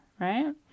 right